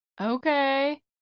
Okay